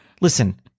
Listen